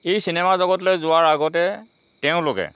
এই চিনেমা জগতলৈ যোৱাৰ আগতে তেওঁলোকে